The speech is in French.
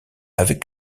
avec